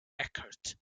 eckert